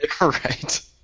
Right